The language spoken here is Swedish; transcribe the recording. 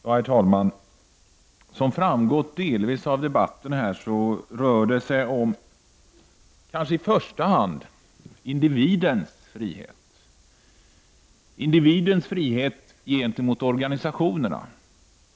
Herr talman! Som delvis har framgått av debatten här, rör det sig i första hand om individens frihet gentemot organisationerna.